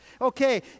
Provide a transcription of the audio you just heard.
Okay